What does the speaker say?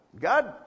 God